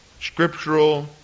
Scriptural